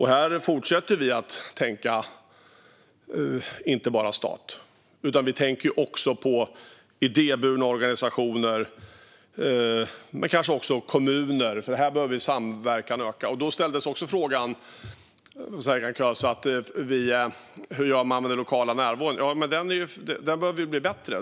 Här fortsätter vi att tänka inte bara stat. Vi tänker också idéburna organisationer och kommuner eftersom samverkan behöver öka. Serkan Köse ställde en fråga om den lokala närvaron, och den behöver bli bättre.